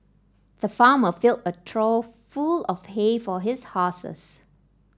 the farmer filled a trough full of hay for his horses